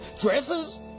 dresses